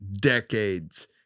decades